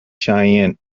cheyenne